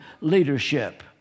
leadership